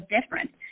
different